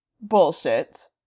bullshit